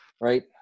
right